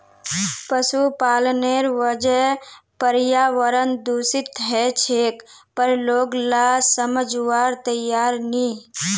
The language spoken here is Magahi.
पशुपालनेर वजह पर्यावरण दूषित ह छेक पर लोग ला समझवार तैयार नी